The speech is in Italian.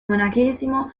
monachesimo